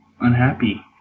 unhappy